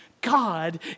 God